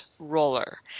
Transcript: Roller